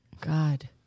God